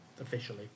officially